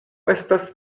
estas